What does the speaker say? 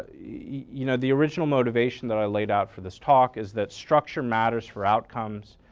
you know the original motivation that i laid out for this talk is that structure matters for outcomes.